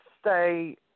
stay